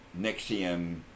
Nexium